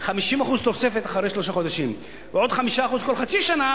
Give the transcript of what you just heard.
50% תוספת אחרי שלושה חודשים ועוד 5% כל חצי שנה,